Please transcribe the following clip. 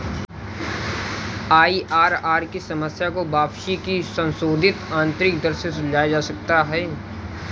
IRR की समस्या को वापसी की संशोधित आंतरिक दर से सुलझाया जा सकता है